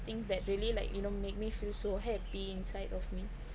things that really like you know make me feel so happy inside of me